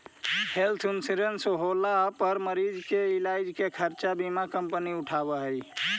health insurance होला पर मरीज के इलाज के खर्चा बीमा कंपनी उठावऽ हई